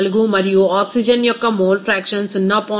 14 మరియు ఆక్సిజన్ యొక్క mole fraction 0